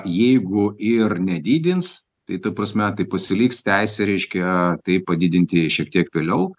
jeigu ir nedidins tai ta prasme tai pasiliks teisę reiškia tai padidinti šiek tiek vėliau